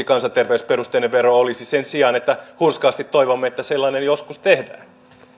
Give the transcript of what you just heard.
kansanterveysperusteinen vero olisi sen sijaan että hurskaasti toivomme että sellainen joskus tehdään